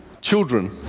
children